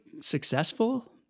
successful